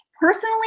Personally